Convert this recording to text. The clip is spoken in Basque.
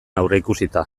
aurreikusita